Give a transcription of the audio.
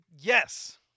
Yes